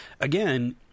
again